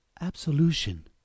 Absolution